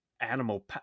animal